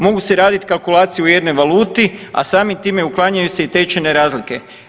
Mogu se raditi kalkulacije u jednoj valuti, a samim time uklanjaju se i tečajne razlike.